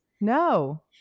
No